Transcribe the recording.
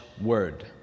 word